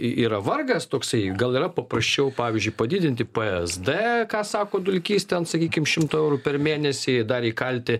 yra vargas toksai gal yra paprasčiau pavyzdžiui padidinti psd ką sako dulkys ten sakykim šimtu eurų eurų per mėnesį dar įkalti